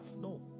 no